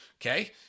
Okay